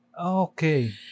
Okay